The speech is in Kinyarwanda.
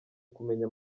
kumenya